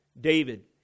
David